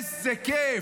איזה כיף.